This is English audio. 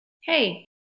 Hey